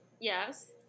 Yes